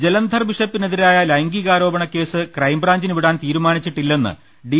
ജലന്ധർ ബിഷപ്പിനെതിരായ ലൈംഗികാരോപണ കേസ് ക്രൈംബ്രാഞ്ചിന് വിടാൻ തീരുമാനിച്ചിട്ടില്ലെന്ന് ഡി